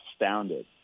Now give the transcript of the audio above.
astounded